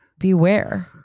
beware